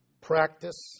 practice